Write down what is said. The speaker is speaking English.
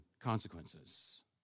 consequences